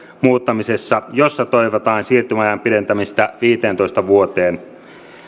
muuttamisesta jossa toivotaan siirtymäajan pidentämistä viiteentoista vuoteen